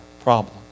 problem